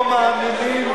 מאמינים.